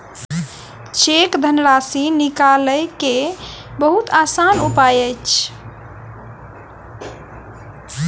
cheque धनराशि निकालय के बहुत आसान उपाय अछि